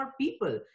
people